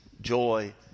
joy